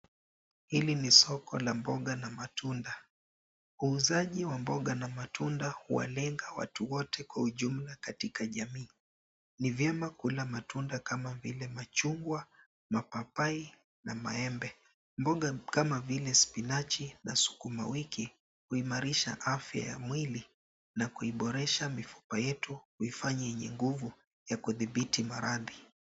Hili ni soko la mboga na matunda. Uuzaji wa mboga na matunda huwalenga watu wote kwa ujumla katika jamii. Ni vyema kula matunda kama vile machungwa, mapapai na maembe. Mboga kama vile spinachi na sukumawiki huamarisha afya ya mwili na kuiboresha mifupa yetu kuifanya yenye nguvu ya kudhibiti maradhi.